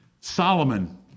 Solomon